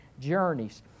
journeys